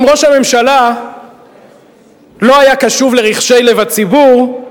אם ראש הממשלה לא היה קשוב לרחשי לב הציבור,